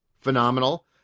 phenomenal